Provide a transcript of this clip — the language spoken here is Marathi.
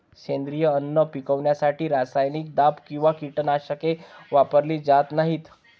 सेंद्रिय अन्न पिकवण्यासाठी रासायनिक दाब किंवा कीटकनाशके वापरली जात नाहीत